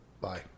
Bye